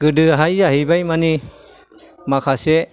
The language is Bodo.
गोदोहाय जाहैबाय मानि माखासे